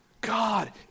God